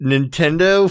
Nintendo